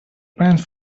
plans